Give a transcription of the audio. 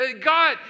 God